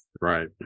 Right